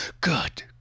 Good